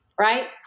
right